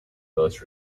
most